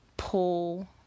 Pull